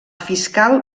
fiscal